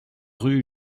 rue